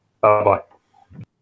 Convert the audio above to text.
Bye-bye